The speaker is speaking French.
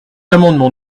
amendements